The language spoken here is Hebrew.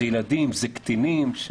אלה ילדים, אלה קטינים.